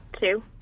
Two